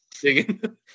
digging